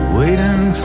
waiting